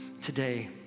today